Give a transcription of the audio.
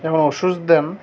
এবং ওষুধ দেন